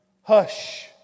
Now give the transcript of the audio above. Hush